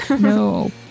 No